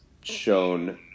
shown